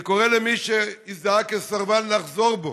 אני קורא למי שהזדהה כסרבן לחזור בו.